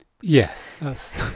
yes